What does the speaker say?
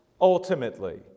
ultimately